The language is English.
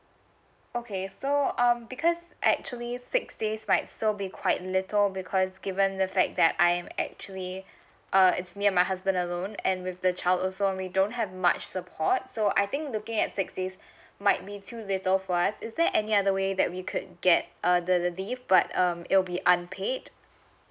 okay so um because actually six days right so be quite little because given the fact that I'm actually a is me and my husband alone and with the child also we don't have much support so I think looking at six days might be too little for us is there any other way that we could get uh the leave but um it'll be unpaid